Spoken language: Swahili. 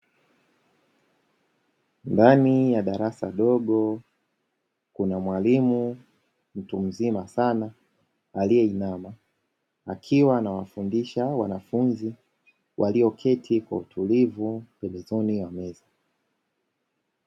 Ndani ya darasa dogo kuna mwalimu mtu mzima sana aliyeinama akiwa anawafundisha wanafunzi walioketi kwa utulivu pembezoni mwa meza.